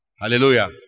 Hallelujah